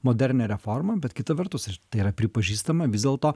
modernią reformą bet kita vertus ir tai yra pripažįstama vis dėlto